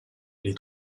les